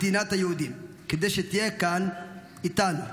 מדינת היהודים, כדי שתהיה כאן איתנו.